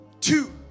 two